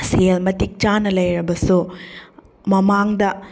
ꯁꯦꯜ ꯃꯇꯤꯛ ꯆꯥꯅ ꯂꯩꯔꯕꯁꯨ ꯃꯃꯥꯡꯗ